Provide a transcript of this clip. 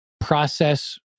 process